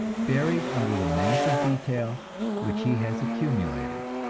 buried under the mass of detail which he has accumulated